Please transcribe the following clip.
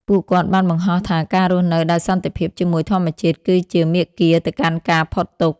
ពួកគាត់បានបង្ហាញថាការរស់នៅដោយសន្តិភាពជាមួយធម្មជាតិគឺជាមាគ៌ាទៅកាន់ការផុតទុក្ខ។